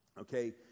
okay